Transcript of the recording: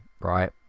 right